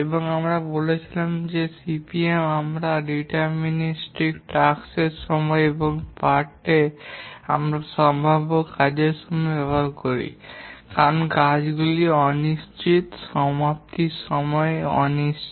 এবং আমরা বলেছিলাম যে সিপিএম এ আমরা ডিটারমিনিটিক টাস্ক সময় এবং পার্ট তে আমরা সম্ভাব্য কাজের সময় ব্যবহার করি কারণ কাজগুলি অনিশ্চিত সমাপ্তির সময়গুলি অনিশ্চিত